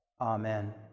amen